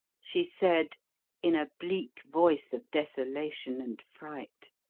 she said in a bleak voice of desolation and fright.